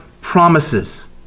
promises